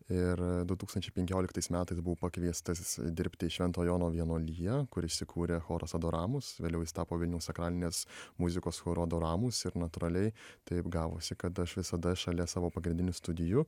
ir du tūkstančiai penkioliktais metais buvau pakviestas dirbt į švento jono vienuoliją kur įsikūrė choras adoramus vėliau jis tapo vilniaus sakralinės muzikos choru adoramus ir natūraliai taip gavosi kad aš visada šalia savo pagrindinių studijų